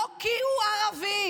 לא כי הוא ערבי,